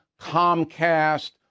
Comcast